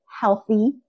healthy